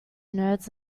nerds